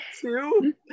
two